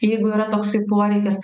jeigu yra toksai poreikis